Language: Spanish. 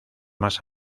más